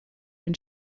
when